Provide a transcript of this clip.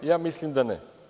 Ja mislim da ne.